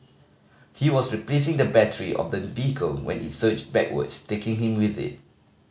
he was replacing the battery of the vehicle when it surged backwards taking him with it